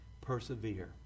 persevere